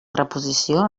reposició